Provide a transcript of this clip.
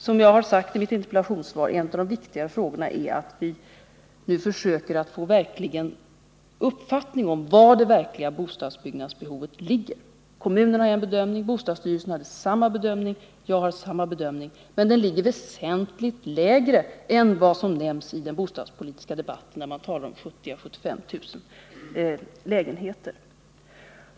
Som jag sagt i mitt interpellationssvar är en av de viktigare frågorna att vi nu verkligen försöker få en uppfattning om var bostadsbyggnadsbehovet ligger. Kommunerna har gjort en bedömning. Bostadsstyrelsen har gjort samma bedömning, och det har även jag gjort. Men den bedömningen ligger väsentligt lägre än vad som nämns i de bostadspolitiska debatterna, där man talar om 70000 å 75 000 lägenheter.